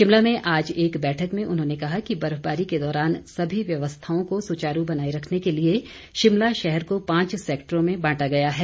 शिमला में आज एक बैठक में उन्होंने कहा कि बर्फबारी के दौरान सभी व्यवस्थाओं को सुचारू बनाए रखने के लिए शिमला शहर को पांच सैक्टरों में बांटा गया है